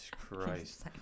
Christ